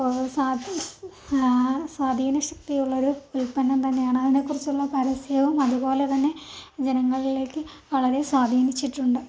സ്വാദ് സ്വാധീന ശക്തിയുള്ള ഒരു ഉൽപ്പന്നം തന്നെയാണ് അതിനെക്കുറിച്ച് ഉള്ള പരസ്യവും അതുപോലെ തന്നെ ജനങ്ങളിലേക്ക് വളരെ സ്വാധീനിച്ചിട്ടുണ്ട്